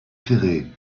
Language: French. ferrée